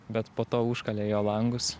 bet po to užkalė jo langus